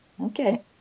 Okay